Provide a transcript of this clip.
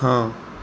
ਹਾਂ